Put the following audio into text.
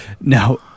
now